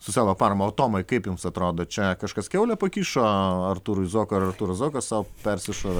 su selo parama o tomai kaip jums atrodo čia kažkas kiaulę pakišo artūrui zuokui ar artūras zuokas sau persišovė